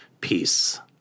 peace